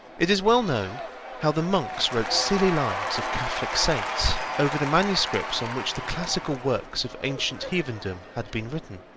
it is well known how the monks wrote silly lives of catholic saints over the manuscripts on which the classical works of ancient heathendom had been written.